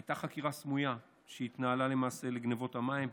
הייתה חקירה סמויה על גנבות המים,